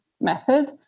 method